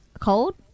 cold